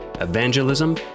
evangelism